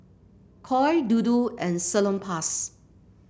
Koi Dodo and Salonpas